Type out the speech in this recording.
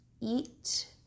eat